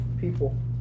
people